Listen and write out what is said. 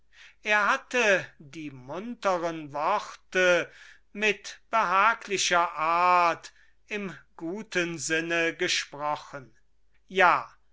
er hatte die munteren worte mit behaglicher art im guten sinne gesprochen ja